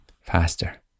faster